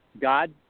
God